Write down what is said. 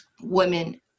Women